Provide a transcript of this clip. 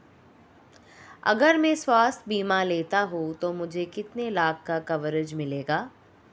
अगर मैं स्वास्थ्य बीमा लेता हूं तो मुझे कितने लाख का कवरेज मिलेगा?